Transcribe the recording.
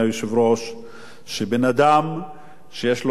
כל אחד שהיה לו